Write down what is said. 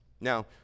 Now